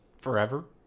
Forever